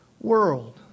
world